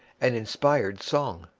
an inspired song.